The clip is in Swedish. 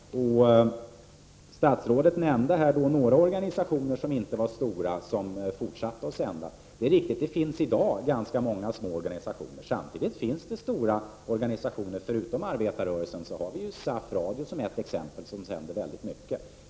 Statsrådet nämnde några organisationer som inte var stora och som ändå fortsatte att sända. Det är riktigt att det i dag finns ganska många små organisationer som sänder. Samtidigt finns det förutom arbetarrörelsens organisationer andra stora organisationer som bedriver närradioverksamhet, SAF Radio t.ex. sänder väldigt mycket.